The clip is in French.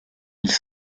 ils